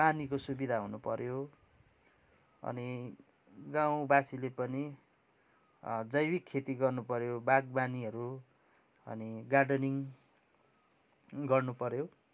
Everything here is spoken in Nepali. पानीको सुविधा हुनु पऱ्यो अनि गाउँबासिले पनि जैविक खेती गर्नु पऱ्यो बागबानीहरू अनि गार्डनिङ गर्नु पऱ्यो